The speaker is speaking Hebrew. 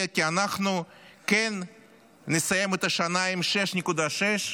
כי אנחנו כן נסיים את השנה עם 6.6,